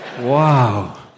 Wow